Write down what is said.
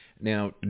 Now